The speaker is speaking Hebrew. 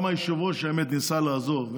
גם היושב-ראש, האמת, ניסה לעזור,